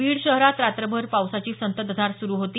बीड शहरात रात्रभर पावसाची संततधार सुरु होती